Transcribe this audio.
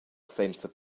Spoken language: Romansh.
senza